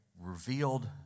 revealed